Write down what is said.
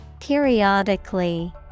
Periodically